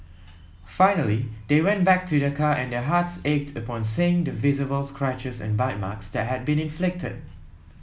finally they went back to their car and their hearts ached upon seeing the visible scratches and bite marks that had been inflicted